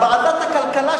ועדת הכלכלה,